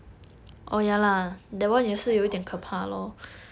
like awkward